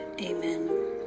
Amen